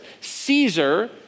Caesar